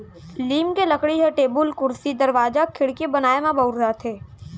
लीम के लकड़ी ह टेबुल, कुरसी, दरवाजा, खिड़की बनाए म बउराथे